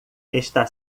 está